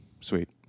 Sweet